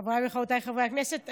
חבריי וחברותיי חברי הכנסת,